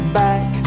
back